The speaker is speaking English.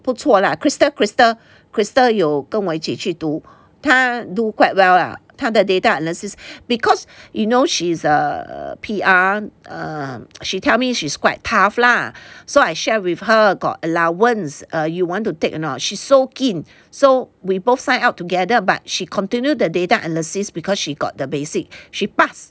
不错 lah Christal Christal Christal 有跟我一起去读她 do quite well lah 他的 data analysis because you know she's a P_R err so she tell me she's quite tough lah so I share with her got allowance err you want to take or not she so keen so we both sign up together but she continued the data analysis because she got the basic she pass